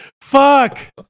fuck